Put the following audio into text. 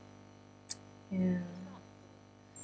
ya